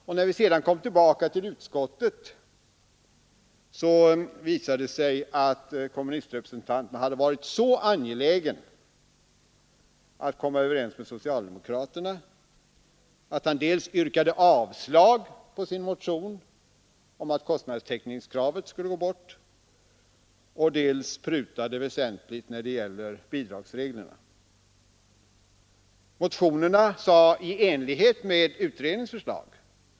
När frågan sedan på nytt togs upp i utskottet, visade det sig att kommunistrepresentanten hade varit så angelägen om att bli överens med socialdemokraterna, att han dels yrkade avslag på sin motion om att kostnadstäckningskravet skulle bort, dels prutade väsentligt när det gällde bidragsreglerna.